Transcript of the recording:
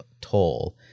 toll